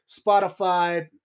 Spotify